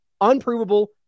unprovable